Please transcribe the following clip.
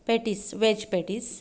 patties veg patties